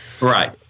Right